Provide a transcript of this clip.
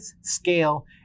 scale